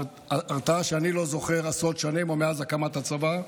הרתעה שאני לא זוכר עשרות שנים, או מאז הקמת הצבא,